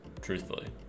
truthfully